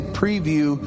preview